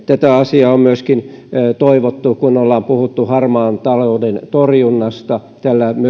tätä asiaa on toivottu kun ollaan puhuttu harmaan talouden torjunnasta tällä